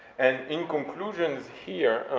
and in conclusion here,